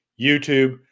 YouTube